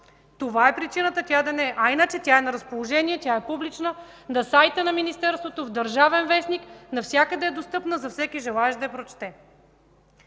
Това е причината тя да не е... Иначе тя е на разположение, тя е публична на сайта на Министерството, в „Държавен вестник”, достъпна е навсякъде за всеки желаещ да я прочете.